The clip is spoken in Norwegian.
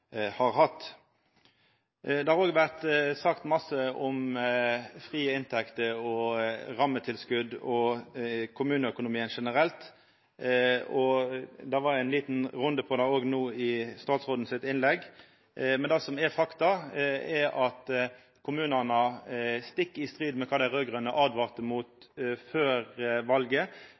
har hatt. Det har òg vore sagt mykje om frie inntekter, rammetilskott og kommuneøkonomien generelt, og det var ein liten runde på det òg no i samband med statsråden sitt innlegg. Men det som er eit faktum, er at kommunane, stikk i strid med kva dei raud-grøne åtvara mot før